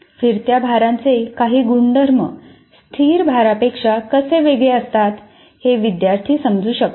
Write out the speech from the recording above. फिरत्या भारांचे काही गुणधर्म स्थिर भारापेक्षा कसे वेगळे असतात हे विद्यार्थी समजू शकतात